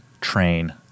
train